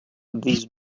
these